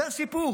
זה הסיפור.